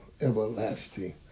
everlasting